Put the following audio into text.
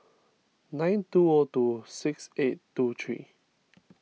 nine two O two six eight two three